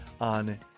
on